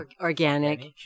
organic